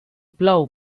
plou